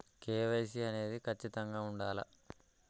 KYC అనేది ఖచ్చితంగా ఉండాలా?